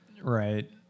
Right